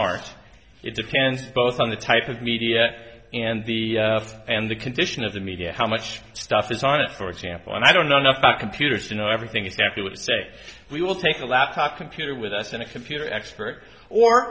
art it depends both on the type of media and the and the condition of the media how much stuff is on it for example and i don't know enough about computers to know everything is deputy to say we will take a laptop computer with us and a computer expert or